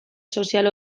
sozial